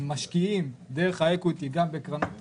הם משקיעים דרך האקוויטי גם בקרנות,